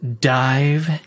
dive